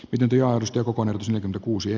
pidentyjaosto kokoon yksi kuusi